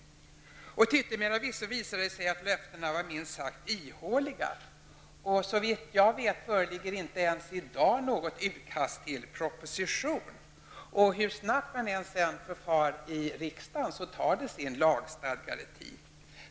Till yttermera visso visade det sig snabbt att löftena var minst sagt ihåliga. Något utkast till proposition föreligger vad jag vet inte ens i dag. Och när propositionen väl läggs fram skall riksdagen fatta beslut i frågan. Hur snabbt man än förfar tar det sin lagstadgade tid.